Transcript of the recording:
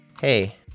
hey